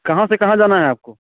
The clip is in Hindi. कहाँ से कहाँ जाना है आपको